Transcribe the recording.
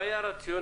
מה היה הרציונל